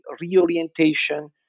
reorientation